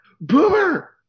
boomer